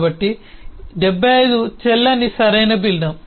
కాబట్టి 75 చెల్లని సరైన భిన్నం